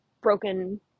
broken